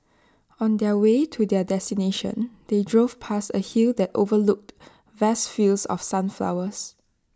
on the way to their destination they drove past A hill that overlooked vast fields of sunflowers